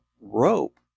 rope